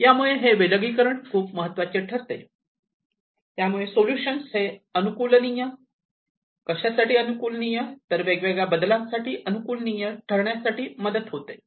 त्यामुळे हे विलगीकरण खूप महत्त्वाचे ठरते यामुळे सोलुशन्स हे अनुकूलनिय कशासाठी अनुकूलनिय तर वेगवेगळ्या बदलांसाठी अनुकूलनिय ठरण्यासाठी मदत होते